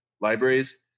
libraries